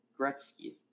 Gretzky